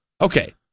Okay